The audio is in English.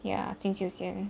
ya 金秀贤